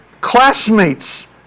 classmates